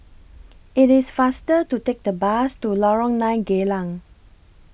IT IS faster to Take The Bus to Lorong nine Geylang